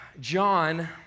John